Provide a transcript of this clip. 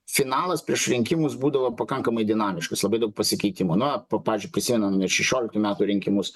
finalas prieš rinkimus būdavo pakankamai dinamiškas labai daug pasikeitimų na pa pavyzdžiui prisimename ir šešioliktų metų rinkimus